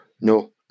No